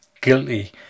guilty